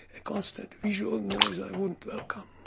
a constant visual noise i wouldn't welcome.